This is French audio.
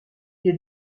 est